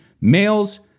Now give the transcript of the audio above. Males